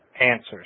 answers